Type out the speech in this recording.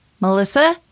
Melissa